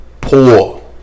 poor